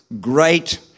great